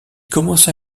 commença